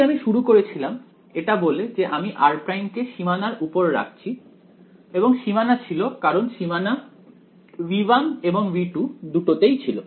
তাই আমি শুরু করেছিলাম এটা বলে যে আমি r' কে সীমানার উপর রাখছি এবং সীমানা ছিল কারণ সীমানা V1 এবং V2 দুটোতেই ছিল